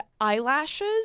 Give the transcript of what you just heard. eyelashes